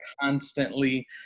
constantly